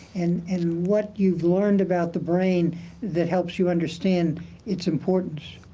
and and what you've learned about the brain that helps you understand it's importance.